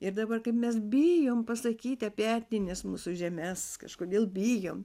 ir dabar kaip mes bijom pasakyti apie etnines mūsų žemes kažkodėl bijom